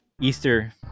easter